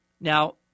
Now